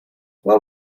what